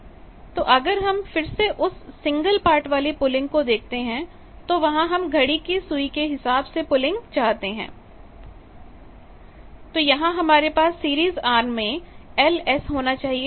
तो अगर हम फिर से उस सिंगल पार्ट वाली पुलिंग को देखें तो वहां हम घड़ी की सुई के हिसाब से पुलिंग चाहते हैं तो यहां हमारे पास सीरीज आर्म में Ls होना चाहिए